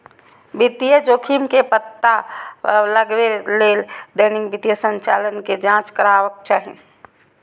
वित्तीय जोखिम के पता लगबै लेल दैनिक वित्तीय संचालन के जांच करबाक चाही